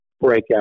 breakout